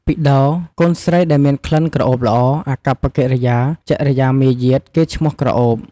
ពិដោរ កូនស្រីដែលមានក្លិនក្រអូបល្អ អាកប្បកិរិយា ចរិយាមាយាទ កេរ្តិ៍ឈ្មោះក្រអូប។